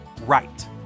right